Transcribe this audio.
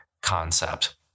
concept